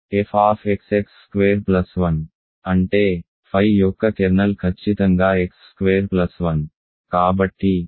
కాబట్టి f x square plus 1 అంటే phi యొక్క కెర్నల్ ఖచ్చితంగా x స్క్వేర్ ప్లస్ 1